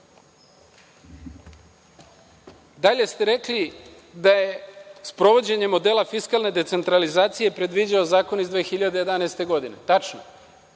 rekli ste da je sprovođenje modela fiskalne decentralizacije predviđao zakon iz 2011. godine. Tačno,